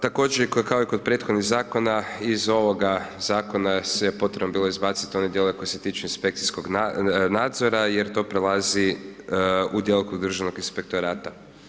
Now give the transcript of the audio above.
Također kao i kod prethodnih Zakona, iz ovoga Zakona je sve potrebno bilo izbaciti one dijelove koji se tiču inspekcijskog nadzora jer to prelazi u djelokrug Državnog inspektorata.